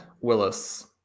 Willis